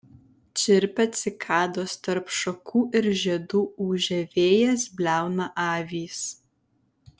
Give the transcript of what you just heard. čirpia cikados tarp šakų ir žiedų ūžia vėjas bliauna avys